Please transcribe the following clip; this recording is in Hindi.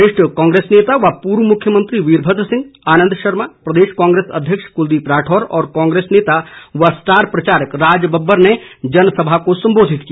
वरिष्ठ कांग्रेस नेता व पूर्व मुख्यमंत्री वीरभद्र सिंह आनंद शर्मा प्रदेश कांग्रेस अध्यक्ष कुलदीप राठौर और कांग्रेस नेता व स्टार प्रचारक राजबब्बर ने जनसभा को संबोधित किया